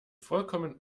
vollkommen